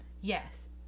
Yes